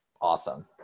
awesome